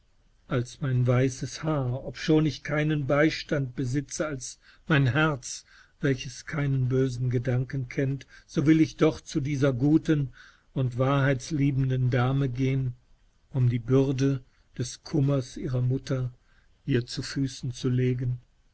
als mein weißes haar obschon ich keinen beistand besitze als mein herz welches keinenbösengedankenkennt sowillichdochzudiesergutenundwahrheitliebenden dame gehen um die bürde des kummers ihrer mutter ihr zu füßen zu legen